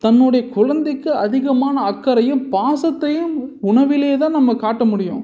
தன்னுடைய கொழந்தைக்கி அதிகமான அக்கறையும் பாசத்தையும் உணவிலேதான் நம்ம காட்ட முடியும்